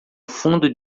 fundo